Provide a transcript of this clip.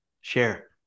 Share